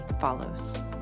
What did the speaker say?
follows